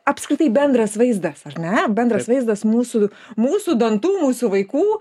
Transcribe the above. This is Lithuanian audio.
apskritai bendras vaizdas ar ne bendras vaizdas mūsų mūsų dantų mūsų vaikų